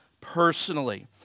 personally